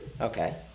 Okay